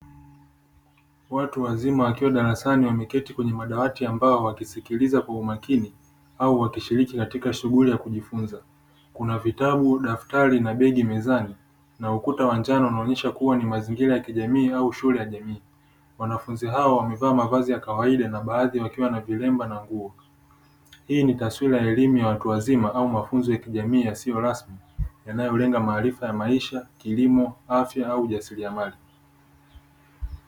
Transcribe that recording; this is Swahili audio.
Watu wazima wakiwa darasani wameketi kwenye madawati ya mbao wakisikiliza kwa umakini au wakishiriki katika shughuli za kujifunza kuna vitabu, daftari, na begi mezani na ukuta wa njano unaonyesha kuwa ni mazingira ya kijamii au shule ya jamii. Wanafunzi hao wamevaa mavazi ya kawaida na baadhi wakiwa na vilemba na nguo, hii ni taswira ya elimu ya watu wazima au mafunzo ya kijamii yasiyo rasmi yanayolenga maarifa ya maisha, kilimo, afya, au ujasiriamali.